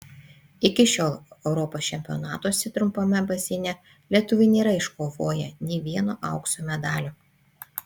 iki šiol europos čempionatuose trumpame baseine lietuviai nėra iškovoję nė vieno aukso medalio